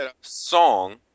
song